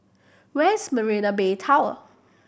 where is Marina Bay Tower